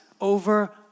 over